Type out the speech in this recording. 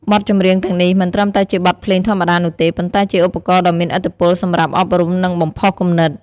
បទចម្រៀងទាំងនេះមិនត្រឹមតែជាបទភ្លេងធម្មតានោះទេ ប៉ុន្តែជាឧបករណ៍ដ៏មានឥទ្ធិពលសម្រាប់ អប់រំ និងបំផុសគំនិត។